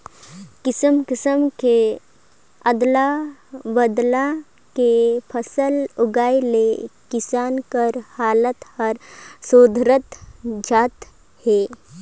किसम किसम के अदल बदल के फसल उगाए ले किसान कर हालात हर सुधरता जात हे